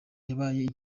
yabaye